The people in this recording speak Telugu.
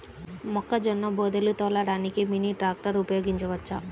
మొక్కజొన్న బోదెలు తోలడానికి మినీ ట్రాక్టర్ ఉపయోగించవచ్చా?